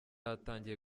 atangiye